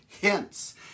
hints